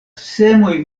semoj